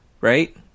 right